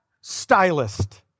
stylist